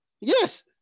Yes